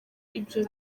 ibyo